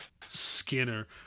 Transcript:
Skinner